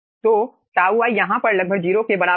तो τ i यहाँ पर लगभग 0 के बराबर है